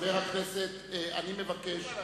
חבר הכנסת יואל חסון וחברת הכנסת רוחמה